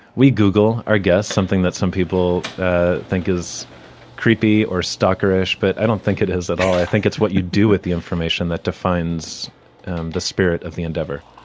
we google our guests, something that some people ah think is creepy or stalker-ish, but i don't think it is at all. i think it's what you do with the information that defines the spirit of the endeavor.